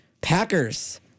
Packers